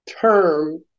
term